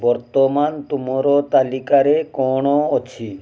ବର୍ତ୍ତମାନ ତୁମର ତାଲିକାରେ କ'ଣ ଅଛି